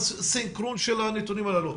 אז יהיה סנכרון של הנתונים האלה.